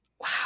wow